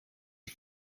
you